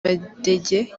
badege